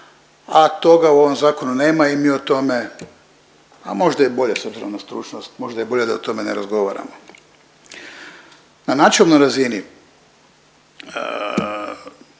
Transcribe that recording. a toga u ovom Zakonu nema i mi o tome, a možda i bolje, s obzirom na stručnost, možda je bolje da o tome ne razgovaramo. Na načelnoj razini,